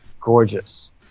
gorgeous